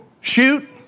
shoot